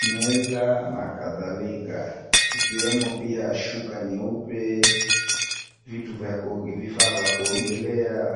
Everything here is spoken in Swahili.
meza na kathalika. Ikiwemo pia shuka nyeupe, vifaa vya kuogelea.